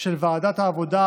של ועדת העבודה,